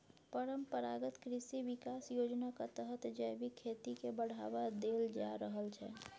परंपरागत कृषि बिकास योजनाक तहत जैबिक खेती केँ बढ़ावा देल जा रहल छै